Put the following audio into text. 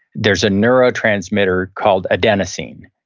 there's a neurotransmitter called adenosine,